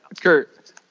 Kurt